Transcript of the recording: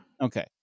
Okay